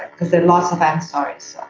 because there are lots of ansari's.